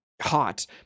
hot